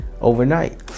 overnight